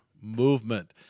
movement